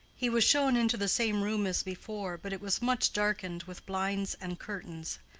he was shown into the same room as before but it was much darkened with blinds and curtains.